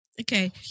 Okay